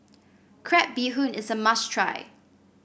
Crab Bee Hoon is a must try